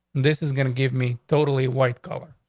this is gonna give me totally white color.